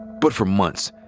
but for months,